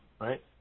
right